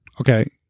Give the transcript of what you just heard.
Okay